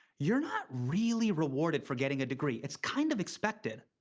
you're not really rewarded for getting a degree. it's kind of expected.